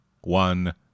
one